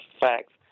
facts